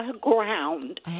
ground